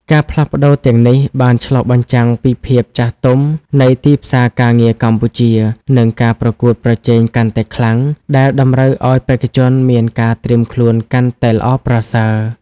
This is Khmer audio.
ការផ្លាស់ប្ដូរទាំងនេះបានឆ្លុះបញ្ចាំងពីភាពចាស់ទុំនៃទីផ្សារការងារកម្ពុជា និងការប្រកួតប្រជែងកាន់តែខ្លាំង ដែលតម្រូវឲ្យបេក្ខជនមានការត្រៀមខ្លួនកាន់តែល្អប្រសើរ។